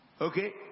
okay